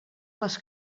les